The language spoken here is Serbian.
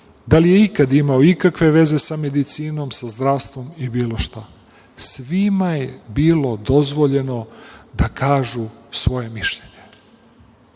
da li je ikad imao ikakve veze sa medicinom, sa zdravstvom i bilo šta. Svima je bilo dozvoljeno da kažu svoje mišljenje.